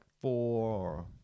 four